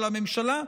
של הממשלה,